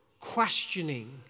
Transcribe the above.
questioning